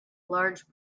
large